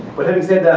but having said that,